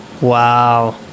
Wow